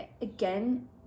again